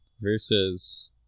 versus